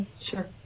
Sure